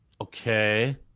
okay